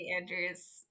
Andrews